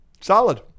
Solid